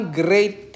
great